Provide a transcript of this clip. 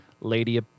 lady